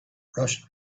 rushed